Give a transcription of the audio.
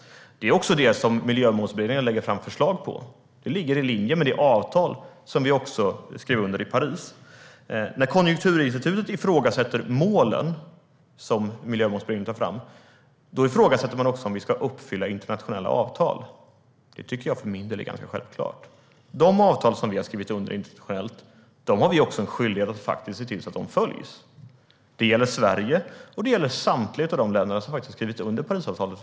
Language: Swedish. Det är utifrån detta som Miljömålsberedningen lägger fram förslag, vilka också ligger i linje med det avtal som vi skrev under i Paris. När Konjunkturinstitutet ifrågasätter de mål Miljömålsberedningen tar fram ifrågasätter man också om vi ska uppfylla internationella avtal. Det är något som jag för min del tycker är ganska självklart. Har vi skrivit under internationella avtal har vi också en skyldighet att se till att de följs. Det gäller Sverige, och det gäller samtliga länder som redan har skrivit under Parisavtalet.